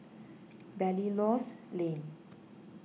Belilios Lane